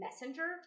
messenger